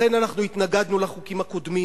לכן אנחנו התנגדנו לחוקים הקודמים